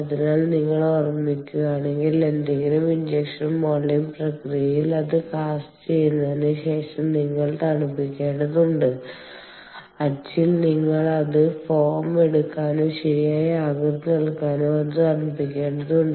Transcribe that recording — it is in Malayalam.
അതിനാൽ നിങ്ങൾ ഓർമ്മിക്കുകയാണെങ്കിൽ ഏതെങ്കിലും ഇഞ്ചക്ഷൻ മോൾഡിംഗ് പ്രക്രിയയിൽ അത് കാസ്റ്റുചെയ്തതിന് ശേഷം നിങ്ങൾ തണുപ്പിക്കേണ്ടതുണ്ട് അച്ചിൽ നിങ്ങൾ അതിന് ഫോം എടുക്കാനോ ശരിയായ ആകൃതി നൽകാനോ അത് തണുപ്പിക്കേണ്ടതുണ്ട്